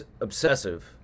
obsessive